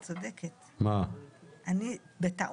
בבקשה.